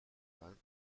und